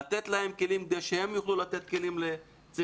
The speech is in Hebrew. לתת להן כלים כדי שהן יוכלו לתת כלים לצוותי